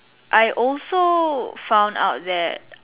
I also found out that